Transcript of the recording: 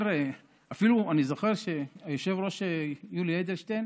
אני זוכר שהיושב-ראש יולי אדלשטיין